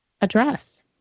address